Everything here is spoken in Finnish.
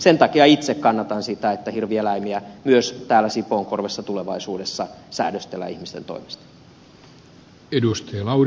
sen takia itse kannatan sitä että hirvieläimiä myös sipoonkorvessa tulevaisuudessa säännöstellään ihmisten toimesta